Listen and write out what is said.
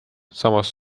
samas